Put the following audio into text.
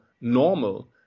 normal